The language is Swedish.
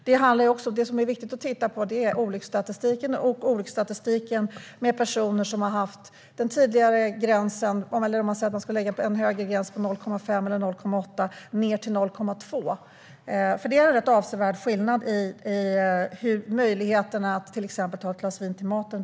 Det är också viktigt att titta på olycksstatistiken med den tidigare gränsen, om man diskuterar huruvida man ska sätta en högre gräns på 0,5 eller 0,8 eller en lägre gräns på ned till 0,2. Vilka promillegränser man har innebär en rätt avsevärd skillnad för möjligheterna att till exempel ta ett glas vin till maten.